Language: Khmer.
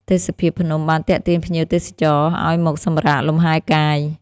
ទេសភាពភ្នំបានទាក់ទាញភ្ញៀវទេសចរឱ្យមកសម្រាកលម្ហែកាយ។